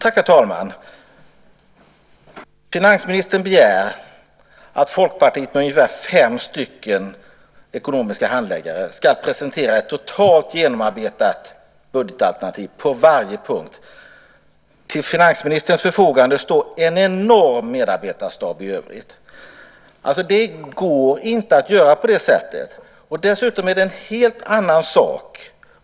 Herr talman! Finansministern begär att Folkpartiet med ungefär fem ekonomiska handläggare ska presentera ett totalt genomarbetat budgetalternativ på varje punkt när det till finansministerns förfogande står en enorm medarbetarstab. Det går inte att göra på det sättet. Dessutom är det en helt annan sak.